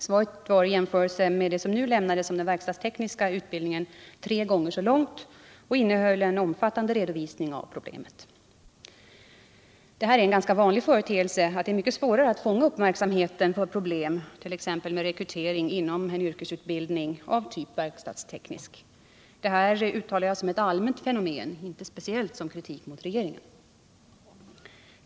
Svaret var tre gånger så långt som det som nu lämnades om den verkstadstekniska utbildningen och innehöll en omfattande redovisning av problemet. Det är en ganska vanlig företeelse att det är mycket svårare att fånga uppmärksamheten för problem t.ex. med rekrytering inom en yrkesutbildning av typ verkstadsteknisk utbildning. Detta uttalar jag som ett allmänt fenomen, inte som kritik speciellt mot regeringen.